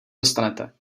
dostanete